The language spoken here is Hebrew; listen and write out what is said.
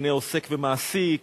דיני עוסק ומעסיק,